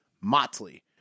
Motley